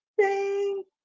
thank